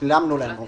שילמנו להם.